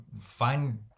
find